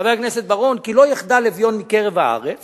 חבר הכנסת בר-און: כי לא יחדל אביון מקרב הארץ